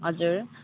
हजुर